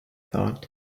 thought